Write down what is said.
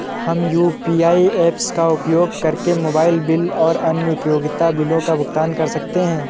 हम UPI apps का उपयोग करके मोबाइल बिल और अन्य उपयोगिता बिलों का भुगतान कर सकते हैं